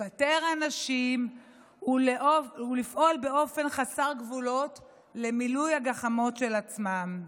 לפטר אנשים ולפעול באופן חסר גבולות למילוי הגחמות של עצמם.